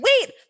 wait